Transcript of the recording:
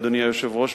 אדוני היושב-ראש,